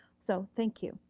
so thank you.